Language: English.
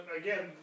again